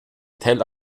tel